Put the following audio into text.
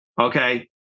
okay